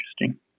interesting